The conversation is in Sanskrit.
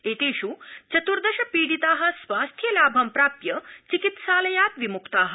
एतेष् चतुर्दश पीडिता स्वास्थ्य लाभं प्राप्य चिकित्सालयात् विमुक्ता